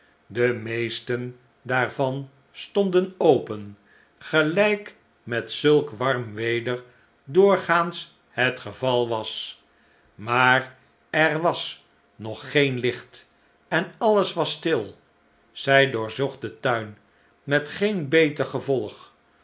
de meesten daarvan stonden open gelijk met zulk warm weder doorgaans het geval was maar er was nog geen licht en alles was stil zij doorzocht den tuin met geen beter gevolg